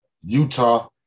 Utah